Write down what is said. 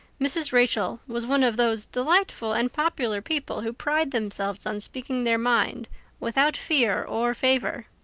mrs. rachel was one of those delightful and popular people who pride themselves on speaking their mind without fear or favor.